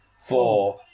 four